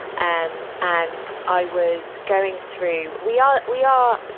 um and, i was going through we are, we are,